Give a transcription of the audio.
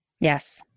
Yes